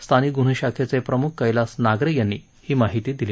स्थानिक ग्न्हे शाखेचे प्रम्ख कैलास नागरे यांनी ही माहिती दिली